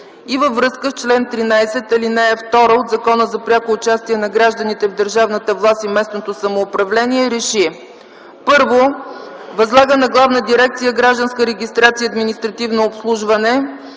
и във връзка с чл. 13, ал. 2 от Закона за пряко участие на гражданите в държавната власт и местното самоуправление Р Е Ш И: 1. Възлага на Главна дирекция „Гражданска регистрация и административно обслужване”